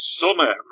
summer